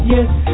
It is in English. Yes